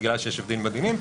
בגלל שיש הבדלים בדינים,